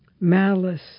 malice